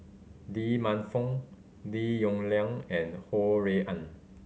Lee Man Fong Lim Yong Liang and Ho Rui An